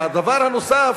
והדבר הנוסף,